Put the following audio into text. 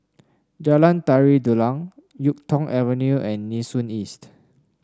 Jalan Tari Dulang YuK Tong Avenue and Nee Soon East